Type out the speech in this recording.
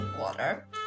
water